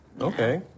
okay